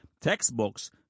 textbooks